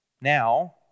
Now